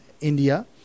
India